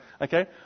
Okay